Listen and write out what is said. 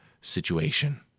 situation